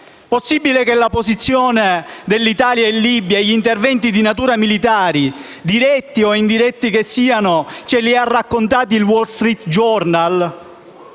Possibile che la posizione dell'Italia in Libia e gli interventi di natura militare, diretti o indiretti che siano, ce li abbia raccontati il «Wall Street Journal»?